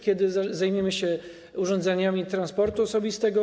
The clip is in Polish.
Kiedy zajmiemy się urządzeniami transportu osobistego?